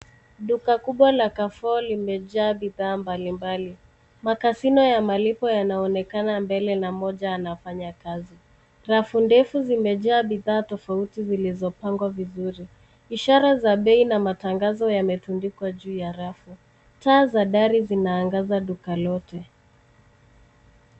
Duka kubwa la Carrefour limejaa bidhaa mbalimbali. Makasino ya malipo yanaonekana mbele na mmoja anafanya kazi. Rafu ndefu zimejaa bidhaa tofauti zilizopangwa vizuri. Ishara za bei na matangazo yametundikwa juu ya rafu. Taa za dari zinaangaza duka lote.